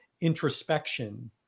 introspection